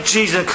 Jesus